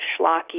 schlocky